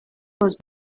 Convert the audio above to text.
was